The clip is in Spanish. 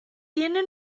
tiene